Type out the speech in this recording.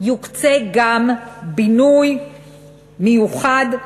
יוקצה גם בינוי מיוחד,